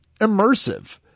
immersive